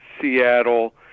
Seattle